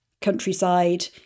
countryside